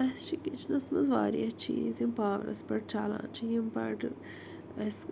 اَسہِ چھِ کِچنَس مَنٛز واریاہ چیٖز یِم پاورَس پٮ۪ٹھ چَلان چھِ یِم بَڈٕ اَسہِ